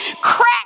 crack